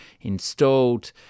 installed